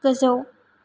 गोजौ